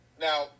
now